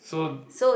so